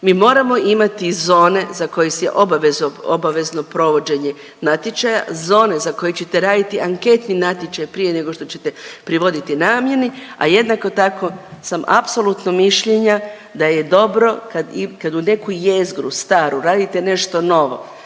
mi moramo imati zone za koje si obavezno provođenje natječaja, zone za koje ćete raditi anketni natječaj prije nego što ćete privoditi namjeni, a jednako tako sam apsolutno mišljenja da je dobro kad u neku jezgru staru radite nešto novo,